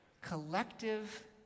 collective